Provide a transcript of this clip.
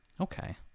Okay